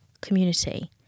community